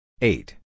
eight